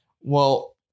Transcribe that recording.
Well-